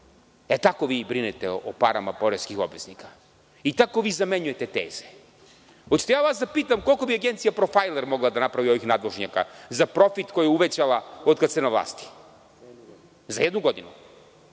Tako vi brinete o parama poreskih obveznika i tako vi zamenjujete teze. Da li hoćete da vas pitam koliko bi Agencija „Profajler“ mogla da napravi ovih nadvožnjaka za profit koji je uvećala od kada ste na vlasti, za jednu godinu?